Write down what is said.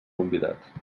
convidats